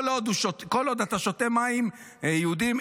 כל עוד אתה שותה מים יהודיים,